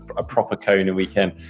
a proper kona weekend.